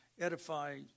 edify